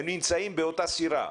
הם נמצאים באותה סירה,